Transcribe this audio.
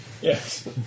Yes